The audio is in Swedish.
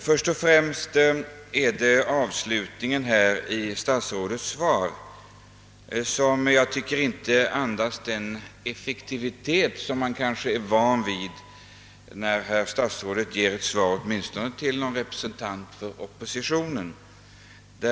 Först och främst tycker jag att avslutningen i statsrådets svar inte andas den effektivitet som man kanske är van vid när herr statsrådet ger ett svar, åtminstone till en representant för opp9ositionen.